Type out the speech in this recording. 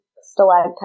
stalactite